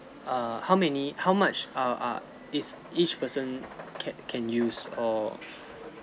err how many how much err err each each person can can use or